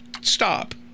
stop